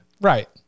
Right